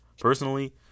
personally